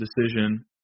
decision